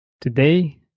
Today